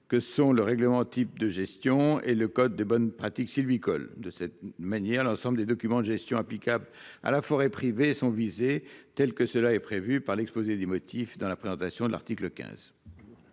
que sont le règlement type de gestion et le code de bonnes pratiques sylvicoles de cette manière, l'ensemble des documents, gestion applicable à la forêt privée sont visés tels que cela est prévu par l'exposé des motifs dans la présentation de l'article 15.